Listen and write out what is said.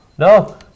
No